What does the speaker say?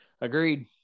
agreed